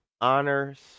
Honors